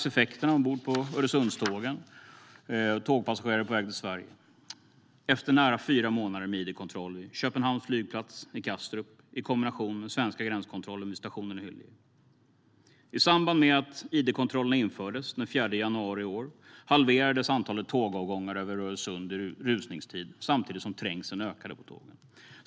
Effekterna av nära fyra månader med id-kontroll vid Köpenhamns flygplats, Kastrup, i kombination med den svenska gränskontrollen vid stationen i Hyllie märks på antalet tågpassagerare ombord på Öresundstågen på väg mot Sverige. I samband med att id-kontrollerna infördes den 4 januari i år halverades antalet tågavgångar över Öresund i rusningstid, samtidigt som trängseln ökade på tågen.